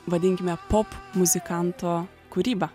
vadinkime popmuzikanto kūryba